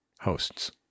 hosts